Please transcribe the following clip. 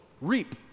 reap